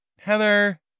Heather